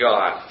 God